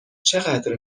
چقدر